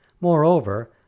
Moreover